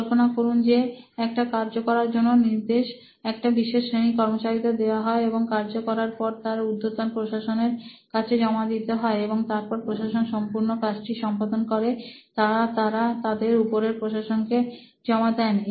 কল্পনা করুন যে একটা কার্য করার জন্য নির্দেশ একটা বিশেষ শ্রেণীর কর্মচারীদের দেওয়া হয় এবং কার্য করার পর তা উর্দ্ধতন প্রশাসনের কাছে জমা দিতে হয় এবং তারপর প্রশাসন সম্পূর্ণ কাজটি সম্পাদন করে তা তারা তাদের উপরের প্রশাসনকে জমা দেন